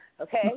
Okay